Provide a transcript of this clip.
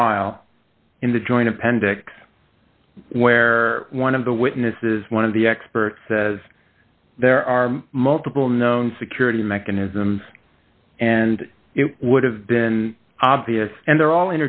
trial in the joint appendix where one of the witnesses one of the experts says there are multiple known security mechanisms and it would have been obvious and they're all